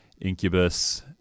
Incubus